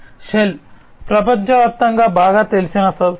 shell ప్రపంచవ్యాప్తంగా బాగా తెలిసిన సంస్థ